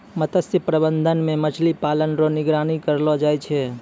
मत्स्य प्रबंधन मे मछली पालन रो निगरानी करलो जाय छै